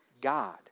God